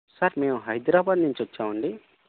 sir మేము హైదరాబాదు నుంచి వచ్చామండి